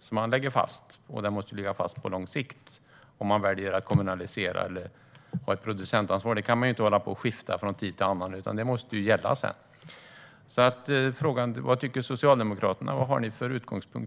som läggs fast, och den måste ligga fast på lång sikt. Den kan inte skifta från tid till annan utan den måste sedan gälla. Vad tycker Socialdemokraterna? Vad har ni för utgångspunkt?